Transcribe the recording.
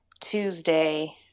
Tuesday